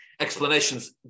explanations